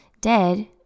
dead